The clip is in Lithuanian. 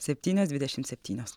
septynios dvidešim septynios